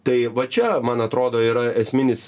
tai va čia man atrodo yra esminis